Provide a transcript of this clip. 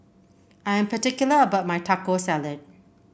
I am particular about my Taco Salad